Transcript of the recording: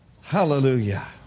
Hallelujah